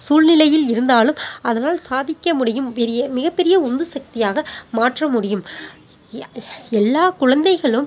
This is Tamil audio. சூழ்நிலையில் இருந்தாலும் அதனால் சாதிக்க முடியும் பெரிய மிகப் பெரிய உந்து சக்தியாக மாற்ற முடியும் எல்லா குழந்தைகளும்